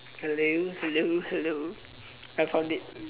hello hello hello I found it